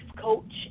coach